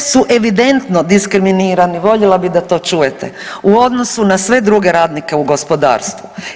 Čime su evidentno diskriminirani, voljela bi da to čujete, u odnosu na sve druge radnike u gospodarstvu.